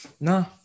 No